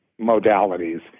modalities